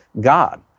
God